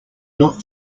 not